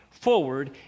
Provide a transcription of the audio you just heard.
forward